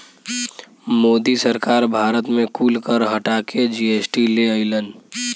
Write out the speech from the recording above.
मोदी सरकार भारत मे कुल कर हटा के जी.एस.टी ले अइलन